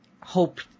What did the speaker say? hope